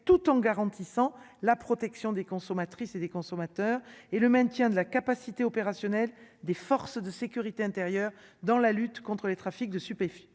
tout en garantissant la protection des consommatrices et des consommateurs et le maintien de la capacité opérationnelle des forces de sécurité intérieure dans la lutte contre les trafics de stupéfiants,